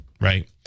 right